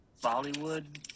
Bollywood